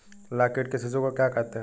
लाख कीट के शिशु को क्या कहते हैं?